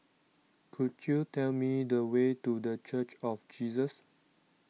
could you tell me the way to the Church of Jesus